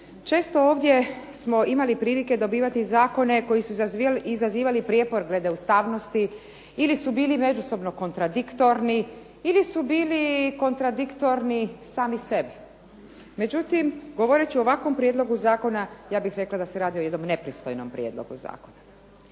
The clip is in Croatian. Često ovdje smo imali prilike dobivati zakone koji su izazivali prijepor glede ustavnosti ili su bili međusobno kontradiktorni ili su bili kontradiktorni sami sebi. Međutim, govoreći o ovakvom prijedlogu zakona ja bih rekla da se radi o jednom nepristojnom prijedlogu zakona.